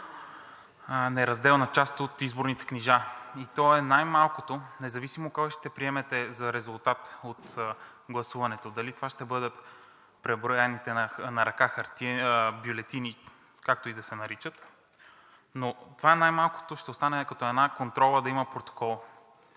неразделна част от изборните книжа, и то е най-малкото, независимо кой ще приемете за резултат от гласуването – дали това ще бъдат преброяваните на ръка бюлетини, както и да се наричат, но това най-малкото ще остане като една контрола да има протокол.